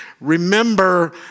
Remember